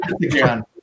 again